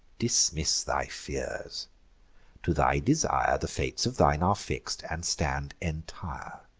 dismiss thy fears to thy desire the fates of thine are fix'd, and stand entire.